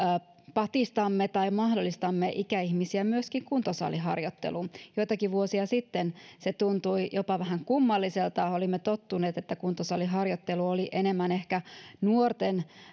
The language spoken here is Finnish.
patistamme tai mahdollistamme ikäihmisille myöskin kuntosaliharjoittelun joitakin vuosia sitten se tuntui jopa vähän kummalliselta ja olimme tottuneet että kuntosaliharjoittelu oli enemmän ehkä nuorten